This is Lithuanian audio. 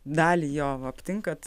dalį jo aptinkat